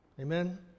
Amen